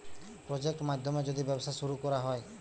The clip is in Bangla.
প্রজেক্ট মাধ্যমে যদি ব্যবসা শুরু করা হয়